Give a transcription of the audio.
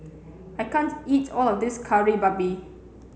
I can't eat all of this Kari Babi